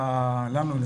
לנו,